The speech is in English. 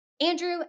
Andrew